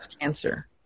cancer